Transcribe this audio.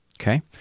Okay